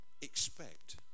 expect